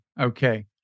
Okay